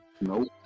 Nope